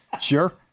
Sure